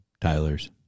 tyler's